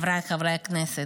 חבריי חברי הכנסת,